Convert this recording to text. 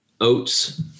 oats